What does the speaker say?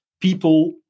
people